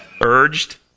Urged